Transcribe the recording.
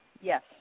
Yes